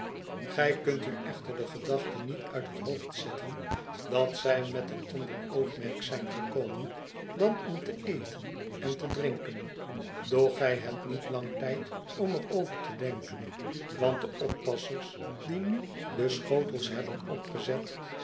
gij kunt u echterde gedachte niet uit het hoofd zetten dat zij met een ander oogmerk zijn gekomen dan om te eten en te drinken doch gij hebt niet lang tijd om erover te denken want de oppassers die nu de schotels hebben opgezet